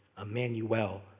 Emmanuel